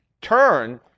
turn